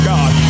God